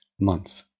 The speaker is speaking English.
month